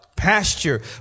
pasture